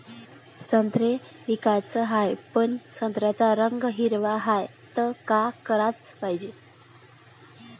संत्रे विकाचे हाये, पन संत्र्याचा रंग हिरवाच हाये, त का कराच पायजे?